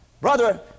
Brother